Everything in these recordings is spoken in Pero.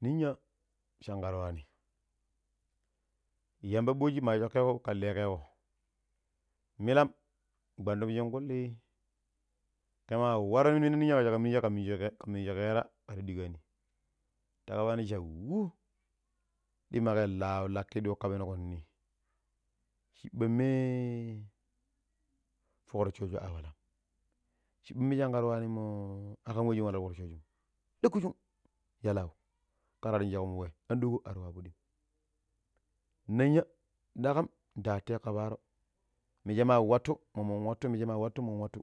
Ninya shangar wani yamba ɓashi ma sookeko ka lekeeko, milam gwandum, shoonkuli ke ma war mina ninya karaa yu maminji keera kero dikka. Ta kabani sha wu dima ka lau lauwim ka penko ni? shibme fok rossoju a walam, shiɓɓammo shinka ar wani mo akam wa shin wala ti fok rossoshum dakkuskum ya leno kar yu sher wem adooko ar wabudim. Nanya dakkam nda artiteko ka paaro. Minjeama wattu mommon wattu. Minjeama wattu mommon wattu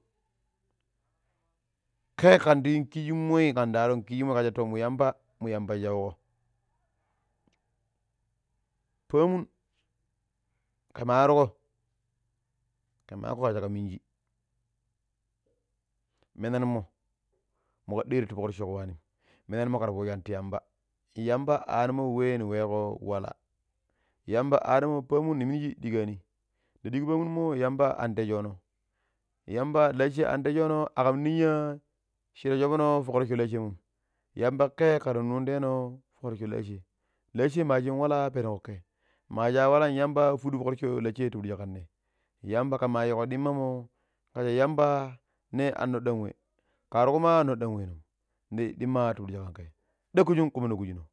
ke kandi yu kishimoi kan da harun kishimoi kasha to mu yamba mu yamba sauko. Paamun ka ma warko kama kakko ka minji, mennan mo mu kar deero ti fok rossogo wanim menan mo kar foojani ti yamba, yamba ano wei ni weeko wala yamba anomo paamun niminji dikkani de diku pamunmo yamba antejono yamba lashe an tejono akam ninya shira shoovono fok rosso laashemmo yamba ke kar nundeno fok rosso laashe, laashe ma shin wala peno ke, ma sha a walam yamba fudu, fok rossoi laashe ti pidi shi kanne yamba kama yigo dimmamo kasha yamba ne a nodan we karr kuma nodan weenom ni ɗima ti pidi shi kan ke dakujugum kumo kujino.